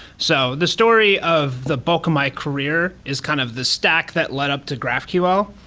so the story of the bulk of my career is kind of the stack that led up to graphql.